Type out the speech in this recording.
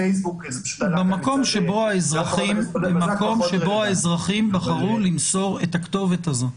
פייסבוק -- במקום שבו האזרחים בחרו למסור את הכתובת הזאת,